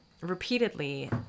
repeatedly